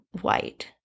white